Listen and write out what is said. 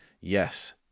Yes